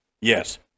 Yes